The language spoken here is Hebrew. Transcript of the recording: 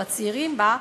של הצעירים בה,